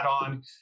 on